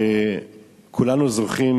כולנו זוכרים